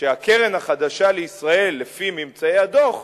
שהקרן החדשה לישראל, לפי ממצאי הדוח,